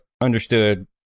understood